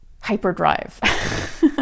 hyperdrive